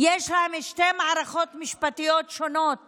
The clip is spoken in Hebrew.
יש להם שתי מערכות משפטיות שונות